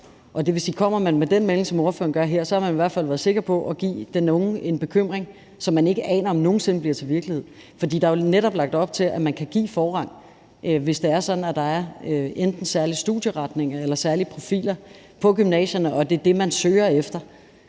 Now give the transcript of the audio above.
Det vil sige, at kommer man med den melding, som ordføreren kommer med her, kan man i hvert fald være sikker på at give den unge en bekymring, som man ikke aner om nogen sinde bliver til virkelighed, for der er netop lagt op til, at man kan give forrang, hvis det er sådan, at der enten er særlige studieretninger eller særlige profiler på gymnasierne, og at det er det, man søger efter.